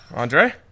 Andre